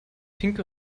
pinke